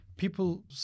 People